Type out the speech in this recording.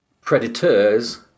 Predators